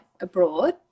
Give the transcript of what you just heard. abroad